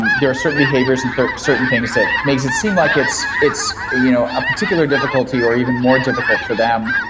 there are certain behaviors and certain things that makes it seem like it's it's a you know particular difficulty or even more difficult for them.